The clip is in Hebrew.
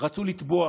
רצו לתבוע